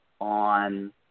on